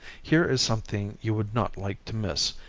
here is something you would not like to miss,